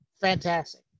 fantastic